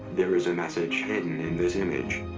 there is a message hidden in this image.